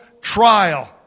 trial